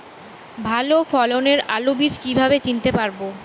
ভালো ফলনের আলু বীজ কীভাবে চিনতে পারবো?